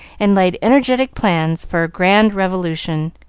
and laid energetic plans for a grand revolution,